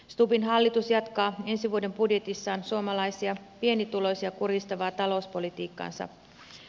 stubbin hallitus jatkaa ensi vuoden budjetissaan suomalaisia pienituloisia kurjistavaa talouspolitiikkaansa